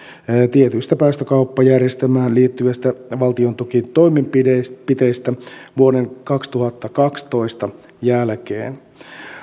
tietyistä päästökauppajärjestelmään liittyvistä valtiontukitoimenpiteistä vuoden kaksituhattakaksitoista jälkeen